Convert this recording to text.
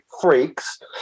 freaks